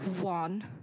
one